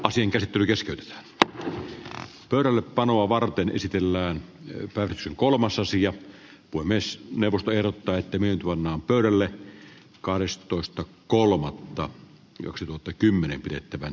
asian laivaliikenne ovat mutta hyvien verojaoston jäsenten yli kaksi kolmas asia on myös neuvosto ehdottaa että ne luonnon päälle sitten käveli iso hallitus